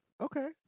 Okay